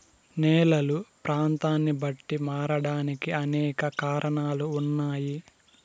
నేలలు ప్రాంతాన్ని బట్టి మారడానికి అనేక కారణాలు ఉన్నాయి